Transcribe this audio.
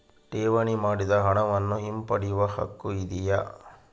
ಠೇವಣಿ ಮಾಡಿದ ಹಣವನ್ನು ಹಿಂಪಡೆಯವ ಹಕ್ಕು ಇದೆಯಾ?